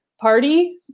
party